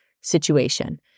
situation